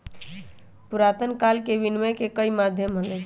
पुरातन काल में विनियम के कई माध्यम हलय